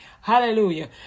Hallelujah